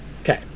Okay